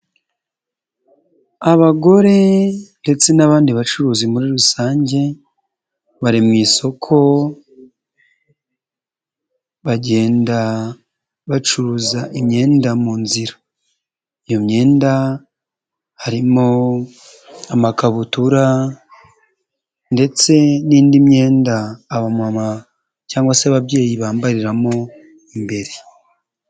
Abagore ndetse n'abandi bacuruzi muri rusange bari mu isoko bagenda bacuruza imyenda mu nzira, iyo myenda harimo amakabutura ndetse n'indi myenda abamama cyangwa se ababyeyi bambariramo imbere.